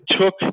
took –